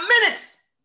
minutes